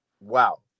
Wow